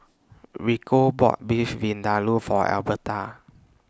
Rico bought Beef Vindaloo For Elberta